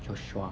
joshua